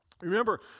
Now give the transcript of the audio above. Remember